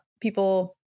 people